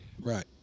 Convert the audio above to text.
Right